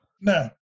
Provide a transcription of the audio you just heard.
No